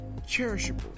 cherishable